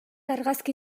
argazki